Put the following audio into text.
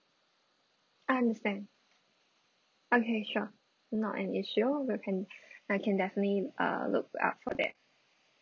I understand okay sure not an issue we can I can definitely uh look out for that